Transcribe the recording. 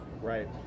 Right